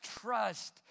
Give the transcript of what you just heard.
trust